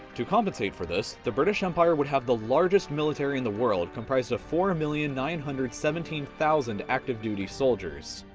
to compensate for this, the british empire would have the largest military in the world. comprised of four million nine hundred and seventeen thousand active duty soldiers.